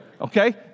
okay